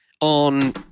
on